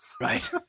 Right